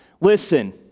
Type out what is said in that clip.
Listen